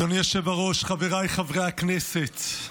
אדוני היושב-ראש, חבריי חברי הכנסת,